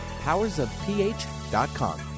powersofph.com